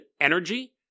energy